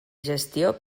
gestió